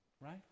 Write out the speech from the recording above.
Right